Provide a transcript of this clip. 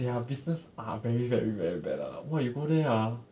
their business are very very very bad lah !wah! you go there ah